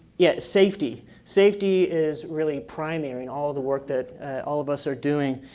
yeah, safety. safety is really primary in all of the work that all of us are doing.